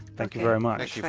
thank you very much.